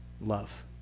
love